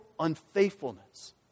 unfaithfulness